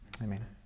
Amen